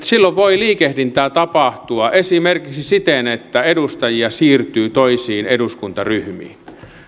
silloin voi liikehdintää tapahtua esimerkiksi siten että edustajia siirtyy toisiin eduskuntaryhmiin